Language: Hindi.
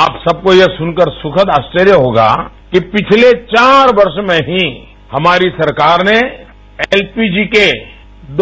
आप सबको ये सुनकर सुखद आश्चर्य होगा कि पिछले चार वर्ष में ही हमारी सरकार ने एलपीजी के